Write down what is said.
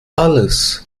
alles